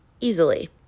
easily